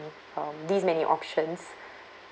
um these many options